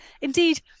indeed